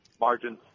margins